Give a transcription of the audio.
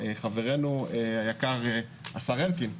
חברנו היקר השר אלקין,